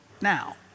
now